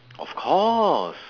of course